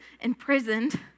imprisoned